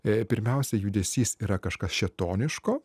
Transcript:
e pirmiausia judesys yra kažkas šėtoniško